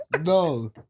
no